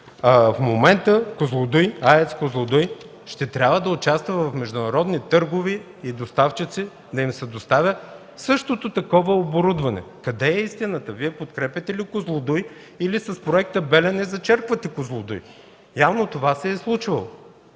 В момента АЕЦ „Козлодуй” ще трябва да участва в международни търгове за доставчици, за да им се доставя същото това оборудване. Къде е истината? Вие подкрепяте ли „Козлодуй”, или с Проекта „Белене” зачерквате „Козлодуй”? Явно това се е случило.